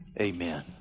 Amen